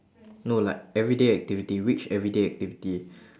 no like everyday activity which everyday activity